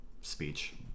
speech